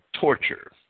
torture